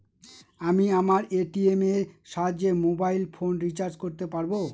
আমি আমার এ.টি.এম এর সাহায্যে মোবাইল ফোন রিচার্জ করতে পারব?